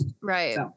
right